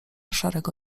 szarego